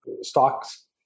stocks